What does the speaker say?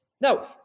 No